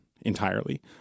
entirely